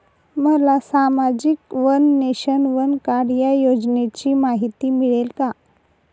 मला सामाजिक one nation, one card या योजनेची माहिती मिळेल का?